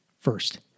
First